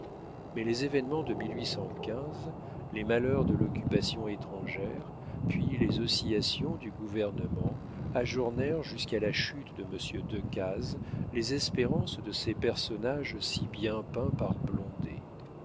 mais les événements de les malheurs de l'occupation étrangère puis les oscillations du gouvernement ajournèrent jusqu'à la chute de monsieur decazes les espérances de ces personnages si bien peints par